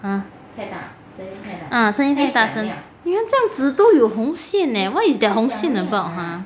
mm 啊声音太大声这样子都有红 eh what is that 红线 about ha